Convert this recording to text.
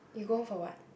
you go home for [what]